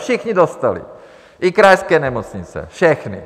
Všichni dostali, i krajské nemocnice všechny.